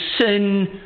sin